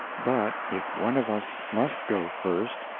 but if one of us must go first,